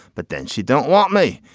but then she don't want me.